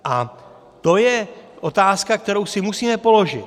A to je otázka, kterou si musíme položit.